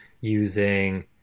using